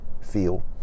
feel